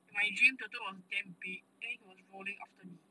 in my dream totoro was damn big and he was rolling after me